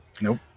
Nope